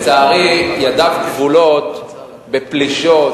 לצערי ידיו כבולות בפלישות,